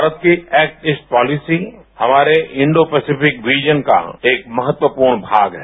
भारत की act east policy हमारे Indo Pacific region का एक महत्वपूर्ण भाग है